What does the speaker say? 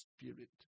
spirit